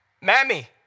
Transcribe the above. mammy